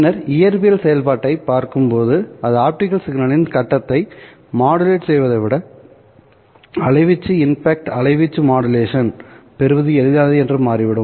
பின்னர் இயற்பியல் செயல்பாட்டைப் பார்க்கும் போது அது ஆப்டிகல் சிக்னலின் கட்டத்தை மாடுலேட் செய்வதை விட அலைவீச்சு இன்பாக்ட் அலைவீச்சு மாடுலேஷன் பெறுவது எளிதானது என்று மாறிவிடும்